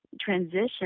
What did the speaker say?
transition